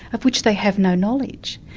of which they have no knowledge.